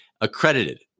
Accredited